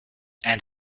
and